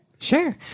Sure